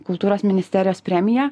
kultūros ministerijos premija